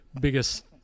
biggest